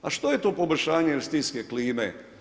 A što je to poboljšanje investicijske klime?